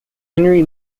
henry